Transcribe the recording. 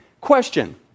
Question